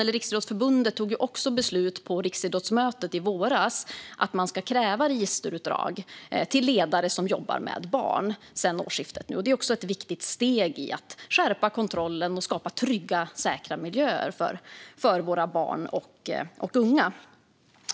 Riksidrottsförbundet beslutade på riksidrottsmötet i våras att registerutdrag från och med årsskiftet ska krävas för ledare som jobbar med barn. Detta är ett viktigt steg i att skärpa kontrollen och skapa trygga och säkra miljöer för våra barn och unga.